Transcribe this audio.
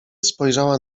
spojrzała